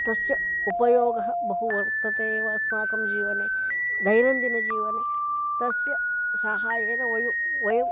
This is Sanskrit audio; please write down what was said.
तस्य उपयोगः बहु वर्तते एव अस्माकं जीवने दैनन्दिनजीवने तस्य सहायेन वयं वयं